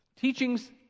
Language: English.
Teachings